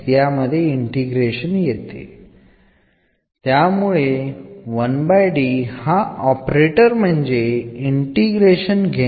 അതിനാൽ ഒരു integral operator പോലെയാണ്